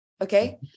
Okay